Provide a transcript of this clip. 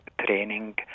training